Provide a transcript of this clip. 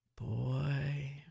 Boy